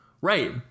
Right